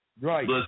Right